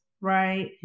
right